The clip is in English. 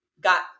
got